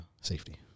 safety